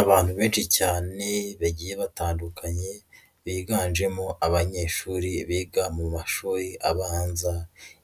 Abantu benshi cyane bagiye batandukanye, biganjemo abanyeshuri biga mu mashuri abanza.